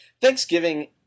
Thanksgiving